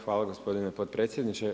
Hvala gospodine potpredsjedniče.